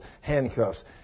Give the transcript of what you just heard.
handcuffs